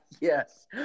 Yes